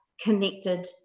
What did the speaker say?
connected